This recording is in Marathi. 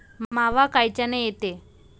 मावा कायच्यानं येते?